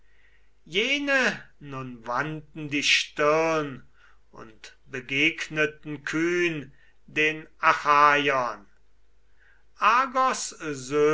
jene nun wandten die stirn und begegneten kühn den achaiern